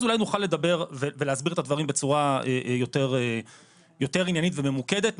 אולי נוכל לדבר ולהסביר את הדברים בצורה יותר עניינית וממוקדת,